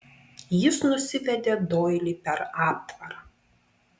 jis nusivedė doilį per aptvarą